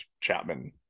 Chapman